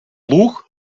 луг